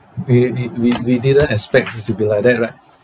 we we we we didn't expect it to be like that right